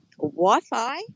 Wi-Fi